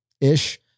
ish